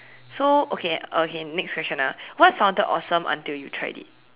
so okay okay next question ah what sounded awesome until you tried it